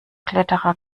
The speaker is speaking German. kletterer